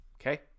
okay